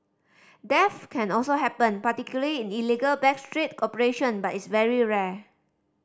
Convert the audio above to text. death can also happen particularly in illegal back street operation but is very rare